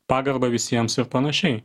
pagarbą visiems ir panašiai